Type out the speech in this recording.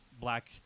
black